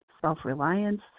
self-reliance